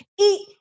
eat